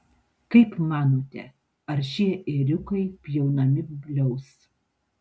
kaip manote ar šie ėriukai pjaunami bliaus